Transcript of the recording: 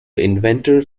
inventor